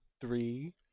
Three